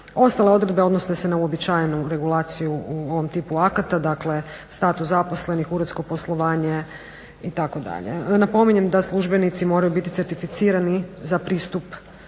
Ostale odredbe odnose se na uobičajenu regulaciju u ovom tipu akata, dakle status zaposlenih, uredsko poslovanje itd. Napominjem da službenici moraju biti certificirani za pristup